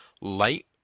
Light